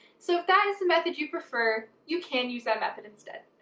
so if that is the method you prefer, you can use that method instead.